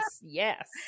Yes